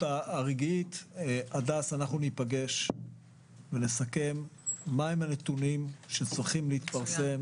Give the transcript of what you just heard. אנחנו ניפגש ונסכם מה הנתונים שצריכים להתפרסם